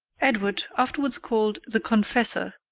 edward, afterwards called the confessor,